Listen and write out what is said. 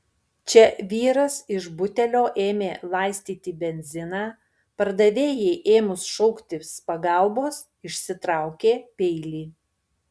čia vyras iš butelio ėmė laistyti benziną pardavėjai ėmus šauktis pagalbos išsitraukė peilį